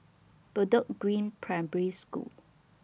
Bedok Green Primary School